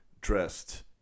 dressed